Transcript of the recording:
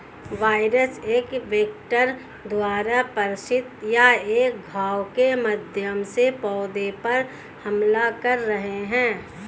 virus एक vector द्वारा प्रेषित या एक घाव के माध्यम से पौधे पर हमला कर रहे हैं